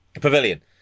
pavilion